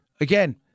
Again